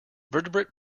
vertebrate